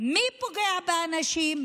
מי פוגע באנשים,